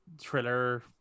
thriller